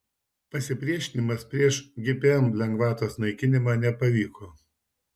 pasipriešinimas prieš gpm lengvatos naikinimą nepavyko